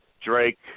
Drake